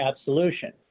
absolution